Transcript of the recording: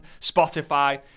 Spotify